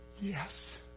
Yes